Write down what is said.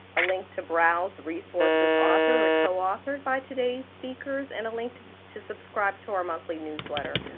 a link to browse resources authored or co-authored by todays speakers, and a link to to subscribe to our monthly newsletter.